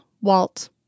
Walt